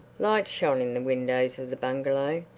light shone in the windows of the bungalow.